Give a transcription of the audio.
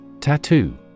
Tattoo